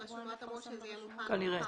הרשומות אמרו שזה יהיה מוכן מחר.